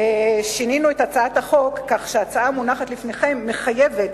שינינו את הצעת החוק כך שההצעה המונחת לפניכם מחייבת